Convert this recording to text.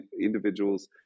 individuals